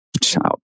child